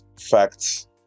facts